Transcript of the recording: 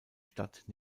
stadt